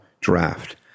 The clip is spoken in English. draft